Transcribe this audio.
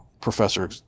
Professor